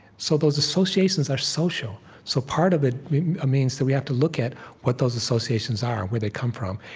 so those associations are social. so part of it means that we have to look at what those associations are and where they come from.